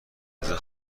رضا